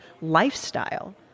lifestyle